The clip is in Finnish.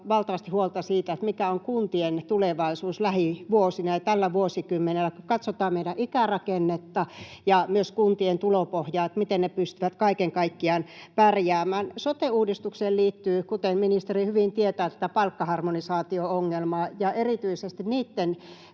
valtavasti huolta siitä, mikä on kuntien tulevaisuus lähivuosina ja tällä vuosikymmenellä, kun katsotaan meidän ikärakennetta ja myös kuntien tulopohjaa, miten ne pystyvät kaiken kaikkiaan pärjäämään. Sote-uudistukseen liittyy, kuten ministeri hyvin tietää, tätä palkkaharmonisaatio-ongelmaa ja erityisesti niitten